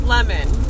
Lemon